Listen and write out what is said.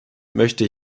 möchte